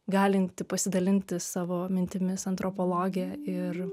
galinti pasidalinti savo mintimis antropologė ir